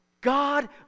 God